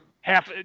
Half